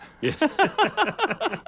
Yes